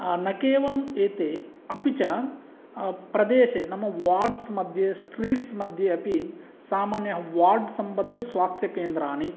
न केवलं एते अपि च प्रदेशे नाम वार्डस् मध्ये स्ट्रिट्स् मध्येऽपि सामान्यवार्डस्सम्बद्धस्वास्थ्यकेन्द्राणि